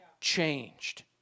changed